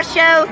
Show